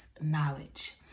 knowledge